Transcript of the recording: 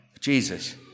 Jesus